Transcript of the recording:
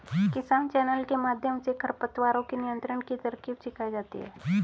किसान चैनल के माध्यम से भी खरपतवारों के नियंत्रण की तरकीब सिखाई जाती है